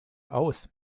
aus